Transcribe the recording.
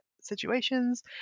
situations